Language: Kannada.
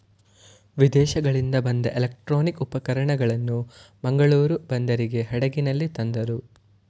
ವಿದೇಶಗಳಿಂದ ಬಂದ ಎಲೆಕ್ಟ್ರಾನಿಕ್ ಉಪಕರಣಗಳನ್ನು ಮಂಗಳೂರು ಬಂದರಿಗೆ ಹಡಗಿನಲ್ಲಿ ತಂದರು